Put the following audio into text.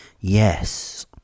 yes